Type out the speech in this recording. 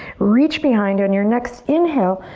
reach behind. on your next inhale,